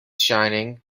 shining